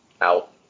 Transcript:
out